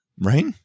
Right